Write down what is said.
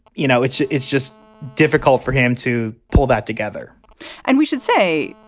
you know, it's it's just difficult for him to pull that together and we should say,